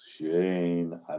Shane